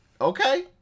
Okay